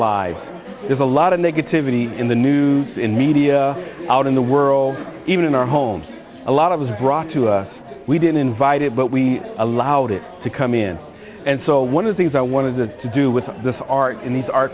lives there's a lot of negativity in the news media out in the world even in our homes a lot it was brought to us we didn't invite it but we allowed it to come in and so one of the things i wanted to do with the art in these ar